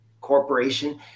corporation